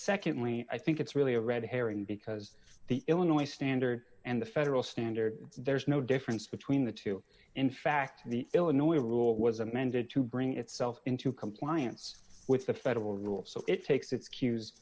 secondly i think it's really a red herring because the illinois standard and the federal standard there is no difference between the two in fact the illinois rule was amended to bring itself into compliance with the federal rules so it takes its cue